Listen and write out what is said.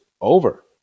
over